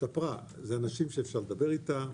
זה אנשים שאפשר לדבר איתם,